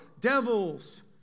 Devils